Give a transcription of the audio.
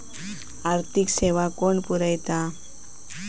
आर्थिक सेवा कोण पुरयता?